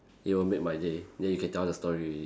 it will make my day then you can tell the story already